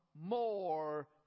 more